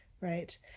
right